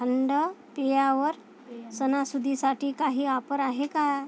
थंड पेयावर सणासुदीसाठी काही ऑफर आहे का